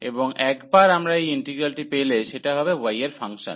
এবং একবার আমরা এই ইন্টিগ্রালটি পেলে সেটা হবে y এর ফাংশন